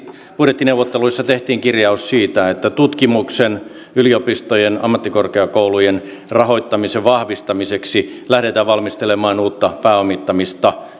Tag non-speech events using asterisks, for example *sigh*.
budjettineuvotteluissa tehtiin kirjaus siitä että tutkimuksen yliopistojen ammattikorkeakoulujen rahoittamisen vahvistamiseksi lähdetään valmistelemaan uutta pääomittamista *unintelligible*